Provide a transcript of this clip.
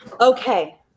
Okay